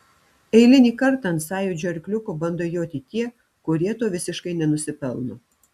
eilinį kartą ant sąjūdžio arkliuko bando joti tie kurie to visiškai nenusipelno